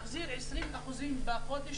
מחזיר 20% בחודש,